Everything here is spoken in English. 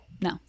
No